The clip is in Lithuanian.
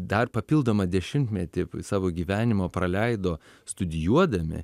dar papildomą dešimtmetį savo gyvenimo praleido studijuodami